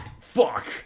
fuck